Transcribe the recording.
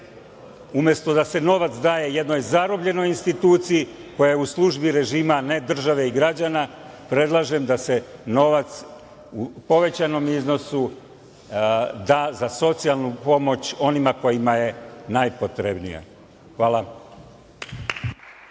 umesto da se novac daje jednoj zarobljenoj institucija koja je u službi režima, a ne države i građana, predlažem da se novac u povećanom iznosu da za socijalnu pomoć onima kojima je najpotrebnija. Hvala.